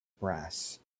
brass